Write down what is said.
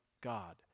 God